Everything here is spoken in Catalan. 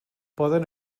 poden